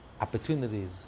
opportunities